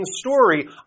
story